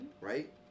right